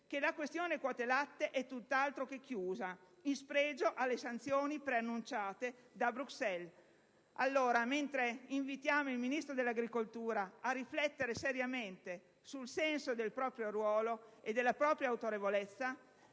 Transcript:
che la questione quote latte è tutt'altro che chiusa, in spregio alle sanzioni preannunciate da Bruxelles. Allora, mentre invitiamo il Ministro delle politiche agricole a riflettere seriamente sul senso del proprio ruolo e della propria autorevolezza,